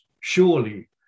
Surely